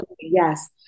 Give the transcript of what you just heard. yes